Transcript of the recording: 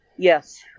Yes